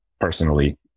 personally